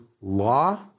law